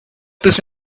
this